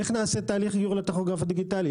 איך נעשה תהליך גיור לטכוגרף הדיגיטלי?